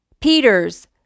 Peter's